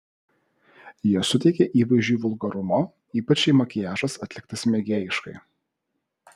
jie suteikia įvaizdžiui vulgarumo ypač jei makiažas atliktas mėgėjiškai